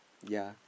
yea